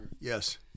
Yes